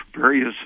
various